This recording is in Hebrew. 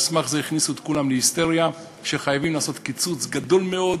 ועל סמך זה הכניסו את כולם להיסטריה שחייבים לעשות קיצוץ גדול מאוד,